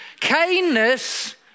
Kindness